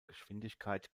geschwindigkeit